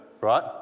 Right